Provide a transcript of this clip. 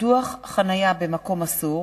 תנאים לקבלת פטור מטעמי הכרה דתית),